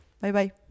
Bye-bye